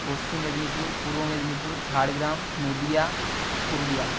পশ্চিম মেদিনীপুর পূর্ব মেদিনীপুর ঝাড়গ্রাম নদীয়া পুরুলিয়া